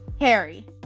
Harry